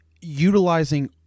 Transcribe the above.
utilizing